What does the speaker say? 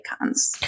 icons